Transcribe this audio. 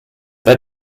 bei